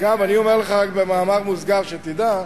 אגב, אני אומר לך רק במאמר מוסגר, שתדע,